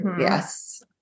Yes